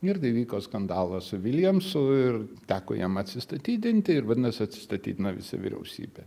ir įvyko skandalas su viljamsu ir teko jam atsistatydinti ir vadinasi atsistatydino visi vyriausybė